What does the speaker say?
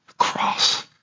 Cross